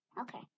Okay